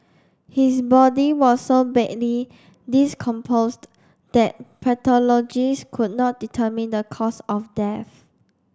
his body was so badly that pathologists could not determine the cause of death